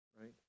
right